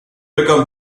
become